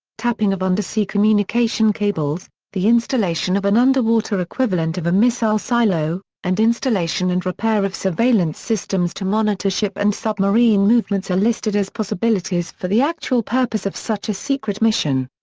tapping of undersea communication cables, the installation of an underwater equivalent of a missile silo, and installation and repair of surveillance systems to monitor ship and submarine movements are listed as possibilities for the actual purpose of such a secret mission.